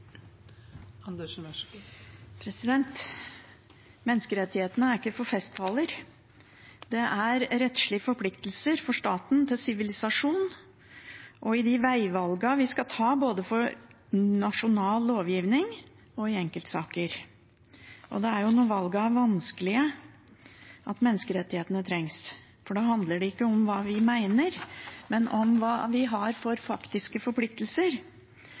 rettslige forpliktelser for staten til sivilisasjon og i de veivalgene vi skal ta både for nasjonal lovgivning og i enkeltsaker. Det er når valgene er vanskelige, menneskerettighetene trengs, for da handler det ikke om hva vi mener, men om hva vi har av faktiske forpliktelser.